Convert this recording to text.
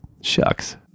shucks